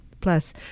Plus